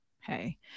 hey